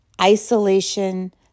isolation